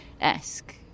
esque